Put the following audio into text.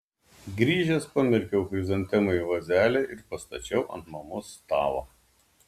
grįžęs pamerkiau chrizantemą į vazelę ir pastačiau ant mamos stalo